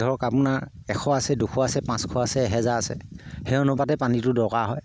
ধৰক আপোনাৰ এশ আছে দুশ আছে পাঁচশ আছে এহেজাৰ আছে সেই অনুপাতে পানীটো দৰকাৰ হয়